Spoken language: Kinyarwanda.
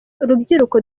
rubyiruko